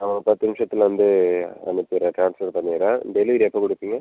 ஆமாம் பத்து நிமிஷத்துல வந்து உங்களுக்கு நான் ட்ரான்ஸ்ஃபெர் பண்ணிடுறேன் டெலிவரி எப்போது கொடுப்பீங்க